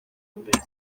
imbere